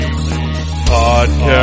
Podcast